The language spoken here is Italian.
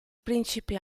principe